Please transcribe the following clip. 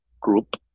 Group